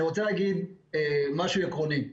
אני רוצה להגיד משהו עקרוני.